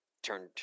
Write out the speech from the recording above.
Turned